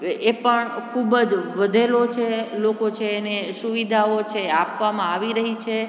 એ પણ ખૂબ જ વધેલો છે લોકો છે એને સુવિધાઓ છે આપવામાં આવી રહી છે